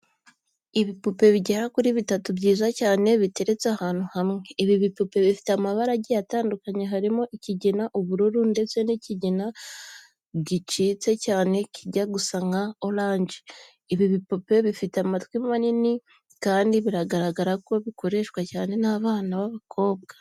Ibipupe bigera kuri bitatu byiza cyane biteretse ahantu hamwe. Ibi bipupe bifite amabara agiye atandukanye harimo ikigina, ubururu, ndetse n'ikigina gitsitse cyane kijya gusa nka oranje. Ibi bipupe bifite amatwi manini kandi biragaragara ko bikoreshwa cyane n'abana b'abakobwa.